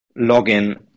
login